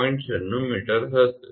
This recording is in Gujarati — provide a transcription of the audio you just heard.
96 𝑚 હશે